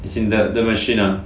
as in the the machine lah